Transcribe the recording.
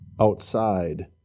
outside